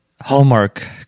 Hallmark